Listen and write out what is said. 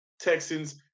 Texans